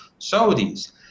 Saudis